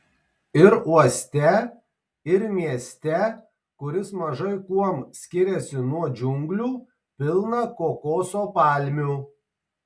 ir uoste ir mieste kuris mažai kuom skiriasi nuo džiunglių pilna kokoso palmių